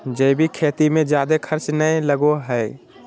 जैविक खेती मे जादे खर्च नय लगो हय